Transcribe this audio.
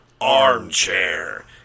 ARMCHAIR